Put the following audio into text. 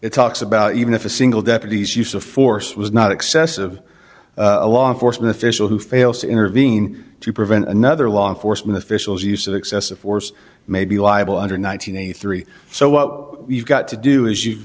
it talks about even if a single deputy's use of force was not excessive a law enforcement official who fails to intervene to prevent another law enforcement officials use of excessive force may be liable under nine hundred eighty three so what we've got to do is you